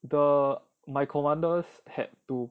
the my commanders had to